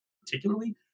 particularly